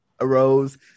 arose